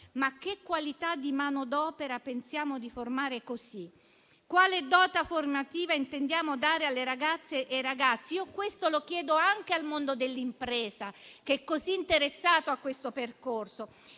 Ma che qualità di manodopera pensiamo di formare così? Quale dote formativa intendiamo dare alle ragazze e ai ragazzi? Io questo lo chiedo anche al mondo dell'impresa, che è così interessato a questo percorso.